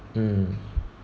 mm